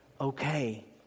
okay